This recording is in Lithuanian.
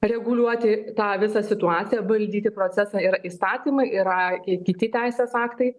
reguliuoti tą visą situaciją valdyti procesą yra įstatymai yra ir kiti teisės aktai